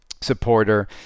supporter